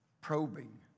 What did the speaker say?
probing